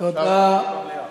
דיון במליאה.